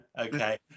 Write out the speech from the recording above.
Okay